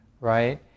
right